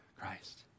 Christ